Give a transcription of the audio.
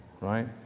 right